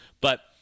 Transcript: but-